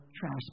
trash